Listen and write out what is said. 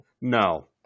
No